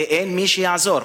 ואין מי שיעזור.